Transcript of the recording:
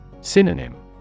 Synonym